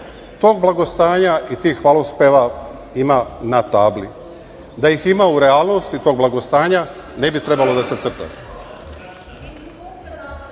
Tog blagostanja i tih hvalospeva ima na tabli, da ih ima u realnosti, tog blagostanja, ne bi trebalo da se